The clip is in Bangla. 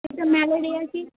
আচ্ছা ম্যালেরিয়া কি